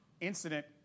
incident